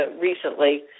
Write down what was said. recently